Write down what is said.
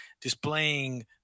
displaying